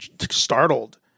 startled